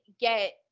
get